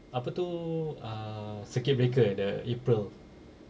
apa tu ah circuit breaker the april